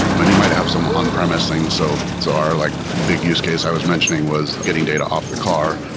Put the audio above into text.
and you might have some on-premise things. so so our like big use case i was mentioning was getting data off the car.